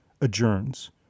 adjourns